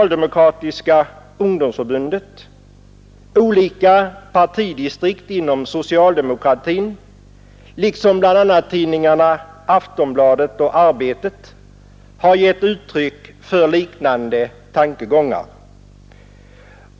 liksom bl.a. tidningarna Aftonbladet och Arbetet, har givit uttryck för Nr 37 liknande tankegångar.